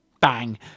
bang